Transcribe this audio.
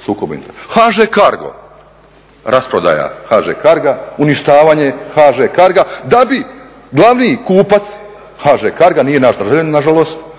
sukobom interesa? HŽ Cargo, rasprodaja HŽ Carga, uništavanje HŽ Carga da bi glavni kupac HŽ Carga, nije naš državljanin nažalost,